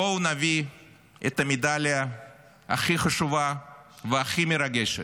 בואו נביא את המדליה הכי חשובה והכי מרגשת.